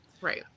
Right